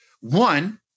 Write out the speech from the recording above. one